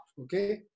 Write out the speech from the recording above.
Okay